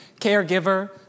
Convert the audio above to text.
caregiver